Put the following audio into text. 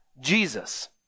Jesus